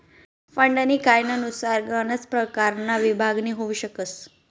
फंडनी कायनुसार गनच परकारमा विभागणी होउ शकस